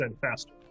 faster